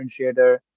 differentiator